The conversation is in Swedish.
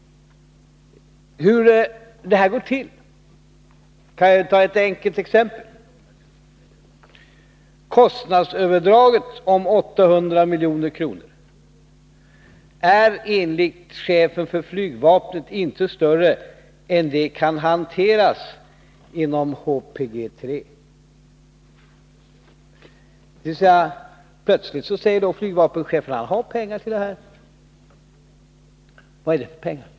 Hur detta går till kan jag ge ett enkelt exempel på. Kostnadsöverdraget om 800 milj.kr. är enligt chefen för flygvapnet inte större än att det kan hanteras inom HPG 3. Plötsligt säger således flygvapenchefen att han har pengar till detta. Vad är det för pengar?